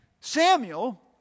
Samuel